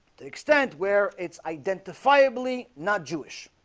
the extent where it's identifiably not jewish